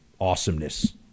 awesomeness